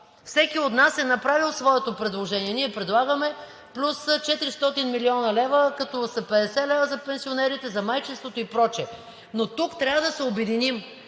Всеки от нас е направил своето предложение, а ние предлагаме плюс 400 млн. лв., като 50 лв. са за пенсионерите, за майчинството и така нататък. Но тук трябва да се обединим